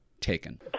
Taken